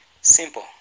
simple